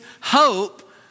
hope